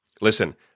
listen